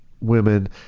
women